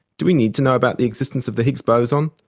do we need to know about the existence of the higg's boson,